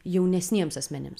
jaunesniems asmenims